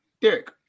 Derek